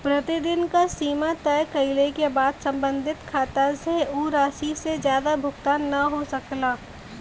प्रतिदिन क सीमा तय कइले क बाद सम्बंधित खाता से उ राशि से जादा भुगतान न हो सकला